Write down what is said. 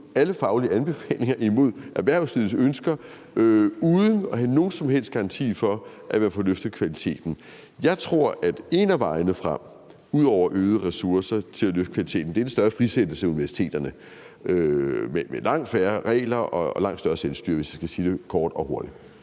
alle faglige anbefalinger og imod erhvervslivets ønsker uden at have nogen som helst garanti for, at vi får løftet kvaliteten. Jeg tror, at en af vejene frem ud over øgede ressourcer til at løfte kvaliteten er større frisættelse af universiteterne med langt færre regler og langt større selvstyre, hvis jeg skal sige det kort og hurtigt.